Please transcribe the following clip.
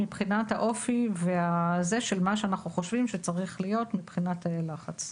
מבחינת האופי של מה שאנחנו חושבים שצריך להיות מבחינת תאי לחץ.